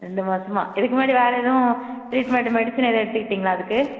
ரெண்டு மாசமா இதுக்கு முன்னாடி வேற எதுவும் ட்ரீட்மெண்ட் மெடிசின் எதாவது எடுத்துக்கிட்டீங்களா அதுக்கு